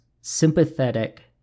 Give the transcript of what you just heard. sympathetic